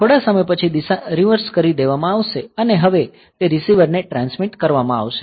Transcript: થોડા સમય પછી દિશા રીવર્સ કરી દેવામાં આવશે અને હવે તે રીસીવર ને ટ્રાન્સમિટ કરવામાં આવશે